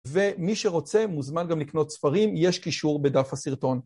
ומי שרוצה מוזמן גם לקנות ספרים, יש קישור בדף הסרטון.